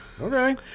Okay